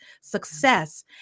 success